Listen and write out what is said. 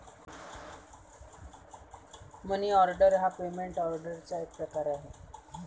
मनी order हा payment ऑर्डरचा एक प्रकार आहे